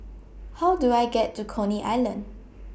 How Do I get to Coney Island